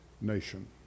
nation